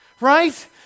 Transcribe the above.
Right